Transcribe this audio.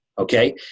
okay